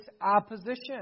opposition